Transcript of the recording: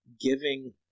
giving